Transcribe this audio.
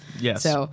Yes